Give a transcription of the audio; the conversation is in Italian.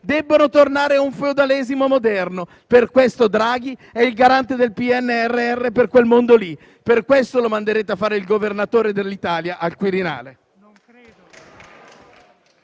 debbono tornare a un feudalesimo moderno. Per questo Draghi è il garante del PNRR per quel mondo; per questo lo manderete a fare il governatore dell'Italia al Quirinale.